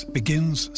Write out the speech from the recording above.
begins